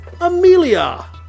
Amelia